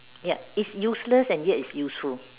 ya it's useless and yet it's useful